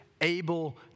able